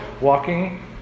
walking